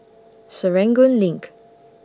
Serangoon LINK